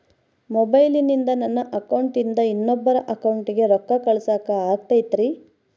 ಮೊಬೈಲಿಂದ ನನ್ನ ಅಕೌಂಟಿಂದ ಇನ್ನೊಬ್ಬರ ಅಕೌಂಟಿಗೆ ರೊಕ್ಕ ಕಳಸಾಕ ಆಗ್ತೈತ್ರಿ?